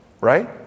right